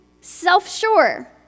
self-sure